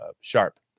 sharp